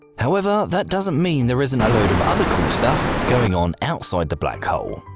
however, that doesn't mean there isn't a load of other cool stuff going on outside the black hole.